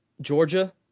Georgia